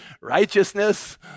righteousness